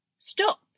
Stop